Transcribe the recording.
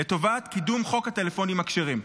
לטובת קידום חוק הטלפונים הכשרים?